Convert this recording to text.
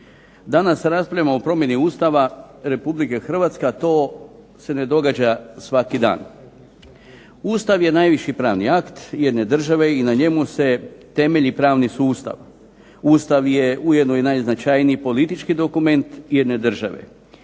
Danas raspravljamo o promjeni Ustava Republike Hrvatske, a to se ne događa svaki dan. Ustav je najviši pravni akt jedne države i na njemu se temelji pravni sustav. Ustav je ujedno i najznačajniji politički dokument jedne države.